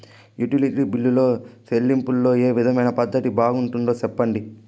Utility బిల్లులో చెల్లింపులో ఏ విధమైన పద్దతి బాగుంటుందో సెప్పండి?